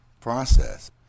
process